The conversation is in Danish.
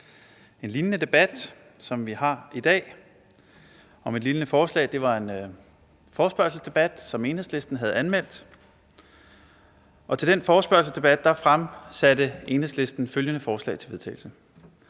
en lignende debat om et lignende forslag. Det var en forespørgselsdebat, som Enhedslisten havde anmeldt, og til den forespørgselsdebat fremsatte Enhedslisten følgende forslag til vedtagelse: